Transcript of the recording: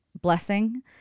blessing